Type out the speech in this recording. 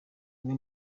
umwe